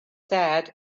sad